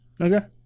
Okay